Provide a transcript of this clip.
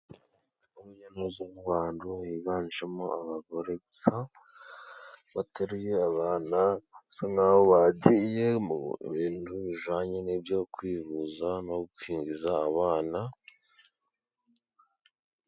Urujya n'uruza rw'abantu, higanjemo abagore gusa bateruye abana, basa n'aho bagiye mu bintu bijyanye no kwivuza no gukingiza abana.